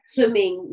Swimming